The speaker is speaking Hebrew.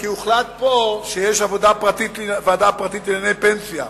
כי הוחלט פה שיש ועדה פרטית לענייני פנסיה.